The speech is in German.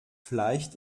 fleisch